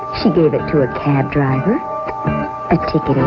she gave it to a cab driver i took